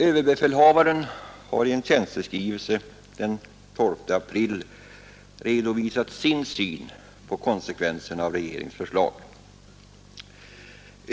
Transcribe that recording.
Överbefälhavaren har i en tjänsteskrivelse av den 20 april redovisat sin syn på konsekvenserna av regeringens förslag.